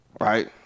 Right